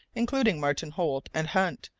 including martin holt and hunt,